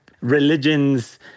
religions